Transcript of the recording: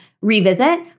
revisit